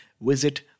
visit